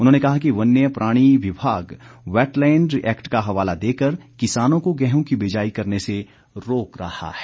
उन्होंने कहा कि वन्य प्राणी विभाग वैटलैंड एक्ट का हवाला देकर किसानों को गेहूं की बिजाई करने से रोक रहा है